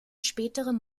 spätere